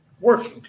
working